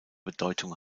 bedeutung